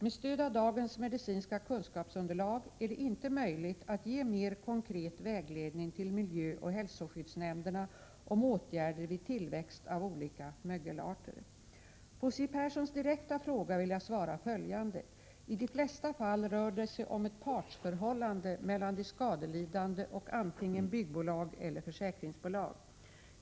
Med stöd av dagens medicinska kunskapsunderlag är det inte möjligt att ge mer konkret vägledning till miljöoch hälsoskyddsnämnderna om åtgärder vid tillväxt av olika mögelarter. På Siw Perssons direkta fråga vill jag svara följande. I de flesta fall rör det sig om ett partsförhållande mellan de skadelidande och antingen byggbolag eller försäkringsbolag.